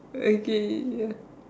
okay ya